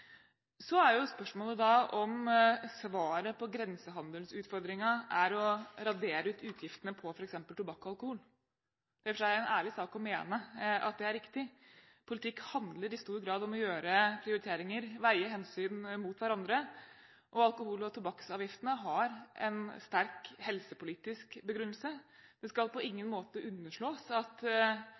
Så er jo spørsmålet om svaret på grensehandelsutfordringen er å radere ut utgiftene på f.eks. tobakk og alkohol. Det er en ærlig sak å mene at det er riktig. Politikk handler i stor grad om å foreta prioriteringer, veie hensyn mot hverandre, og alkohol- og tobakksavgiftene har en sterk helsepolitisk begrunnelse. Det skal på ingen måte underslås at